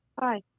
Hi